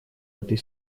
этой